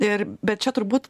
ir bet čia turbūt